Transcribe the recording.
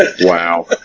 Wow